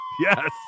Yes